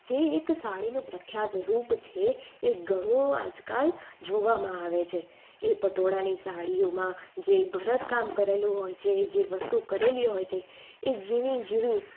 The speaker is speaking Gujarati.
જે એક સાડીમાં પ્રખ્યાત રૂપ છે એ ઘણું આજકાલ જોવામાં આવે છે એ પટોળાની સાડીઓમાં જે ભરત કામ કરેલું હોય છે જે વસ્તુ કરેલી હોય છે એ ઝીણી ઝીણી